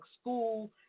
school